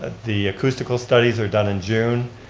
ah the acoustical studies are done in june.